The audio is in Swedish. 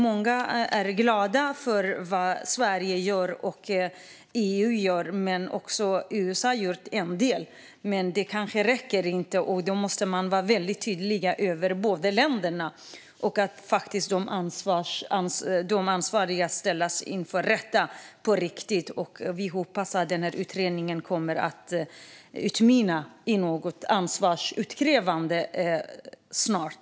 Många är glada för vad Sverige och EU gör. Också USA har gjort en del. Men kanske räcker det inte, och då måste man vara väldigt tydlig mot båda länderna. De ansvariga måste ställas inför rätta på riktigt. Vi hoppas att den här utredningen kommer att utmynna i någon form av ansvarsutkrävande snart.